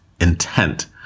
intent